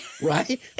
right